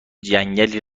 جنگلی